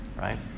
Right